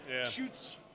Shoots